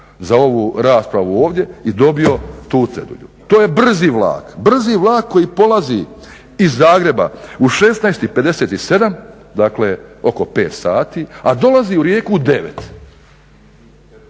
za ovu raspravu za ovdje i dobio tu cedulju. To je brzi vlak koji polazi iz Zagreba u 16,57 dakle oko 5,00 sati i dolazi u Rijeku u